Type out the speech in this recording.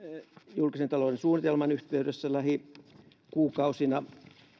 julkisen talouden suunnitelman yhteydessä lähikuukausina